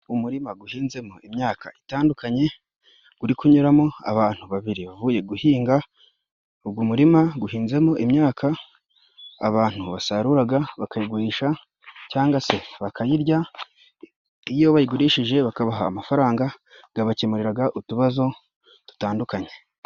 Umurima guhinzemo imyaka itandukanye. Guri kunyuramo abantu babiri, bavuye guhinga. Ugo muririma guhinzemo imyaka abantu basaruraga bakayigurisha, cyangwa se bakayirya. Iyo bayigurishije bakabaha amafaranga gabakemuriraga utubazo dutandukanye.